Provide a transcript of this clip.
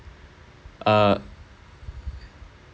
uh